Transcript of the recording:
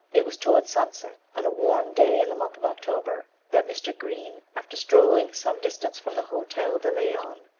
it was towards sunset, on a warm day in the month of october, that mr. green, after strolling some distance from the hotel de leon,